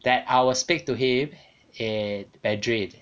that I will speak to him in mandarin